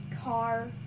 car